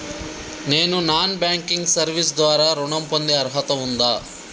నేను non banking service ద్వారా ఋణం పొందే అర్హత ఉందా?